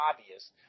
obvious